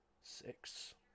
Six